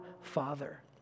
Father